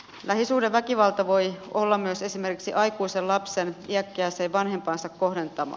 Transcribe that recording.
lähisuhdeväkivalta voi olla myös esimerkiksi aikuisen lapsen iäkkääseen vanhempaansa kohdentamaa